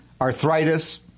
arthritis